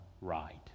right